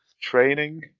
training